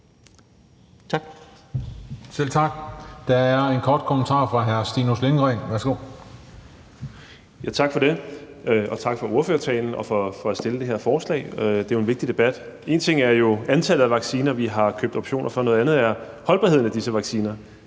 hr. Stinus Lindgreen. Værsgo. Kl. 17:38 Stinus Lindgreen (RV): Tak for det. Og tak for ordførertalen og for at have fremsat det her forslag – det er jo en vigtig debat. Én ting er antallet af vacciner, vi har købt optioner på, noget andet er holdbarheden af disse vacciner,